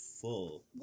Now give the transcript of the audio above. full